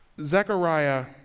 Zechariah